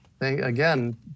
Again